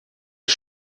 wie